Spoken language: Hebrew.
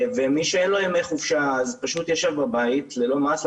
ומי שאין לו ימי חופשה פשוט ישב בבית ללא מעש,